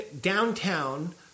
downtown